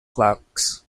clocks